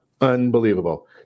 Unbelievable